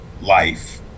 life